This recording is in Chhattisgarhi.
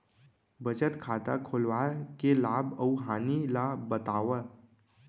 बचत खाता खोलवाय के लाभ अऊ हानि ला बतावव?